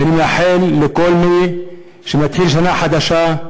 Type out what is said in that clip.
ונאחל לכל מי שמתחיל שנה חדשה,